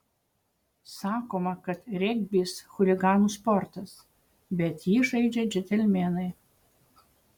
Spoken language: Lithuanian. sakoma kad regbis chuliganų sportas bet jį žaidžia džentelmenai